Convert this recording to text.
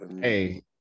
Hey